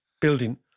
Building